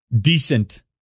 decent